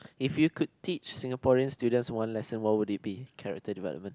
if you could teach Singaporean students one lesson what would it be character development